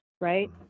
right